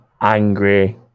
angry